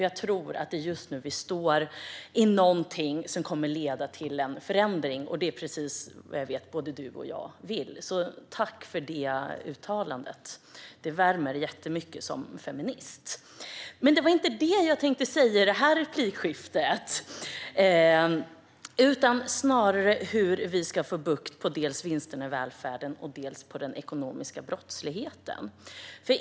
Jag tror att vi just nu står vid någonting som kommer att leda till en förändring, vilket jag vet att både du och jag vill se. Tack för det uttalandet - det värmer mig som feminist jättemycket! Det var dock inte det jag tänkte säga i detta replikskifte. Jag tänkte snarare tala om hur vi ska få bukt dels med vinsterna i välfärden, dels med den ekonomiska brottsligheten.